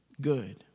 good